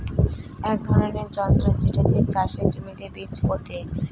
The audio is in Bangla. এক ধরনের যন্ত্র যেটা দিয়ে চাষের জমিতে বীজ পোতে